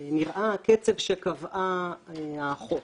נראה הקצב שקבעה האחות.